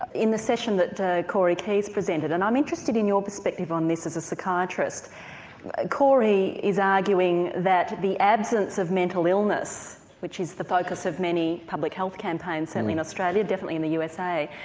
in the session that corey keyes presented and i'm interested in your perspective on this as a psychiatrist corey is arguing that the absence of mental illness, which is the focus of many public health campaigns certainly in australia, definitely in the usa,